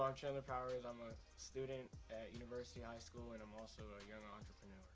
um chandler powers. i'm a student at university high school, and i'm also a young entrepreneur.